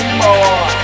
more